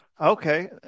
Okay